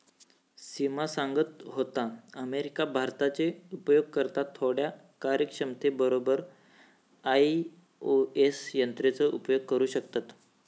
सिमा सांगत होता, अमेरिका, भारताचे उपयोगकर्ता थोड्या कार्यक्षमते बरोबर आई.ओ.एस यंत्राचो उपयोग करू शकतत